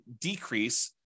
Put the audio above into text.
decrease